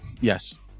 yes